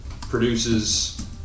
produces